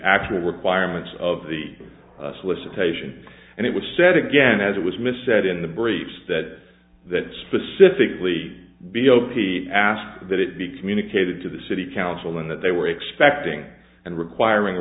actual requirements of the solicitation and it was said again as it was misled in the briefs that that specifically be oki asked that it be communicated to the city council and that they were expecting and requiring a